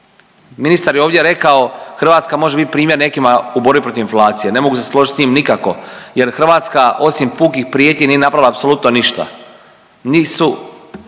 Ministar je ovdje rekao Hrvatska može bit primjer nekima u borbi protiv inflacije. Ne mogu se složit s tim nikako jer Hrvatska osim pukih prijetnji nije napravila apsolutno ništa, nisu